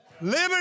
liberty